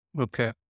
Okay